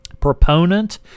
proponent